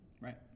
Right